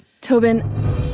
Tobin